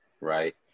right